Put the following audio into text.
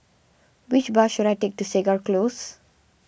which bus should I take to Segar Close